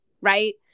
right